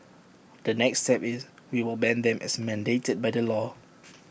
the next step is we will ban them as mandated by the law